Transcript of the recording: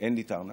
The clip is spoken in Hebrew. אין לי את הארנק.